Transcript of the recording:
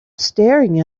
staring